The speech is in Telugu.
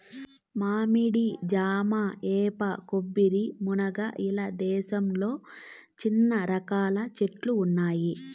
మామిడి, జామ, వేప, కొబ్బరి, మునగ ఇలా దేశంలో చానా రకాల చెట్లు ఉన్నాయి